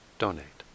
donate